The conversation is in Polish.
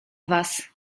was